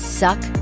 suck